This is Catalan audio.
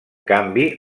canvi